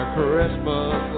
Christmas